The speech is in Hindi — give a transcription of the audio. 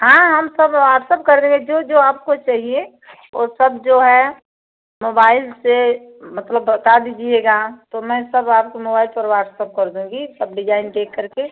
हाँ हम सब व्हाट्सअप कर देंगे जो जो आपको चाहिए वह सब जो है मोबाइल से मतलब बता दीजिएगा तो मैं सब आपको मोबाइल पर व्हाट्सअप कर दूँगी तब डिजाइन देख करके